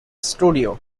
studio